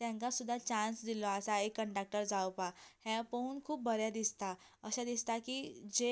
तेंका सुद्दां चान्स दिलो आसा एक कंडक्टर जावपाक हे पळोवन खूब बरें दिसता अशें दिसता की जे